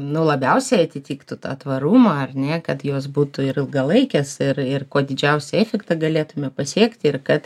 nu labiausiai atitiktų tą tvarumą ar ne ir kad jos būtų ir ilgalaikės ir ir kuo didžiausią efektą galėtume pasiekti ir kad